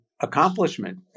accomplishment